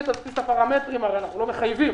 להוסיף את הפרמטרים הרי אנחנו לא מחייבים,